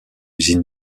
usine